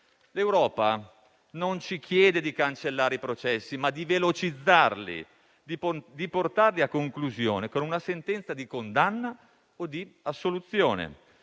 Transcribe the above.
L'Europa non ci chiede di cancellare i processi, ma di velocizzarli, di portarli a conclusione con una sentenza di condanna o di assoluzione.